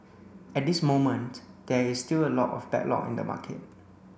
at this moment there is still a lot of backlog in the market